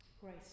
grace